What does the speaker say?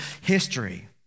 history